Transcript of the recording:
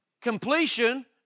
completion